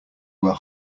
were